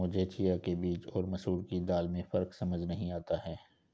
मुझे चिया के बीज और मसूर दाल में फ़र्क समझ नही आता है